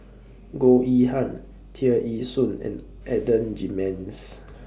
Goh Yihan Tear Ee Soon and Adan Jimenez